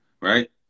right